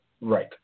right